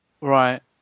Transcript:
Right